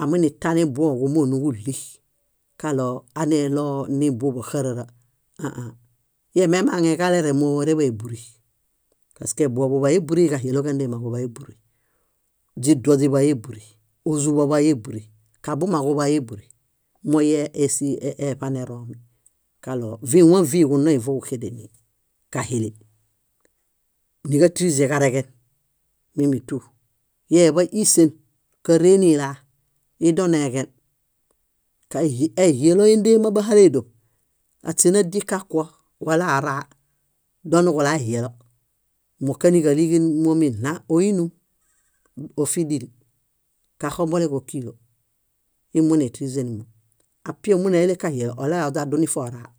Aminitanibuõ ġumooġo níġuɭi ġaɭoo aneɭoo nibuḃõ xárara, ã ãa. Ememaŋe ġalereŋ moereḃay éburuy. Paske buõ buḃayu éburuy, kahielo gándeema ġuḃayu éburuy, źiduo źiḃayu éburuy, ózuḃo oḃayu éburuy, kabuma kuḃayu éburuy, móo íi si eṗaneroomi kaɭo víi waŋ víi kunoi vóġuxedene: kahili, níġatilize ġareġen, mímitu. Íi eḃa ísen, káree nilaa, ídoneġẽl. ehielo éndeema bahale édoṗ, aśe nádie kakuo, wala oraa, doniġula ehielo, moo kóniġaliġenimomi nna: óinu ófidili, kaxomboleġo ókiilo. Íi móo nétilizenimo. Api ómaeleṗ kahielo, olale oźadu niforaa.